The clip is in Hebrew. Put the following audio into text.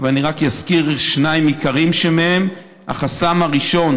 אני רק אזכיר שניים עיקריים: החסם הראשון